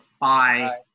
Bye